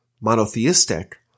monotheistic